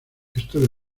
esto